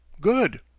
Good